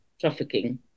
trafficking